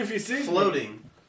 floating